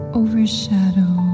overshadow